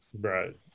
Right